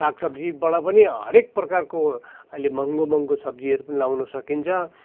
साग सब्जीबाट पनि हरेक प्रकारको अहिले महँगो महँगो सब्जीहरू पनि लाउनु सकिन्छ